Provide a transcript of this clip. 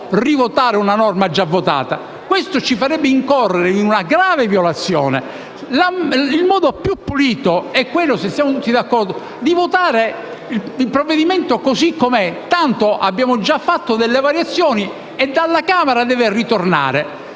rivotare una norma già votata. Questo ci farebbe incorrere in una grave violazione. Il modo più pulito di procedere, se siamo tutti d'accordo, è votare il provvedimento così com'è, tanto abbiamo già fatto delle variazioni e comunque il disegno